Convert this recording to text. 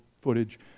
footage